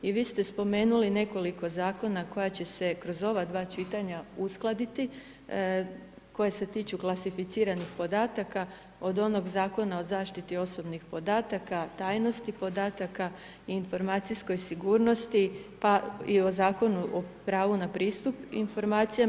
I vi ste spomenuli nekoliko zakona koja će se kroz ova dva čitanja uskladiti, koja se tiču klasificiranih podataka od onog Zakona o zaštiti osobnih podataka, tajnosti podataka i informacijskoj sigurnosti, pa i o Zakonu o pravu na pristup informacijama.